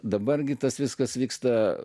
dabar gi tas viskas vyksta